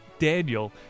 Daniel